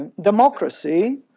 Democracy